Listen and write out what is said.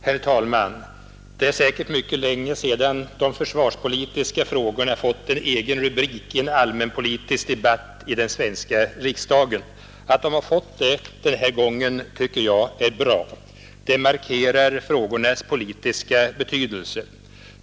Herr talman! Det är säkert mycket länge sedan de försvarspolitiska frågorna fått en egen rubrik i en allmänpolitisk debatt i den svenska riksdagen. Att de har fått det den här gången tycker jag är bra. Det markerar frågornas politiska betydelse.